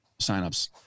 signups